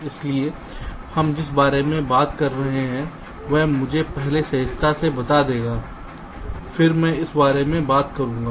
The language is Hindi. इसलिए हम जिस बारे में बात कर रहे हैं वह मुझे पहले सहजता से बता देगा फिर मैं उस बारे में बात करूंगा